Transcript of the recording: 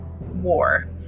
war